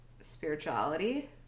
spirituality